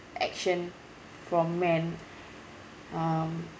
action from man um